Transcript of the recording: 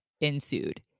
ensued